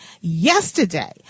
yesterday